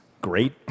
Great